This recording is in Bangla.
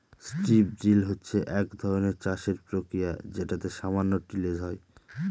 স্ট্রিপ ড্রিল হচ্ছে এক ধরনের চাষের প্রক্রিয়া যেটাতে সামান্য টিলেজ হয়